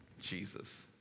Jesus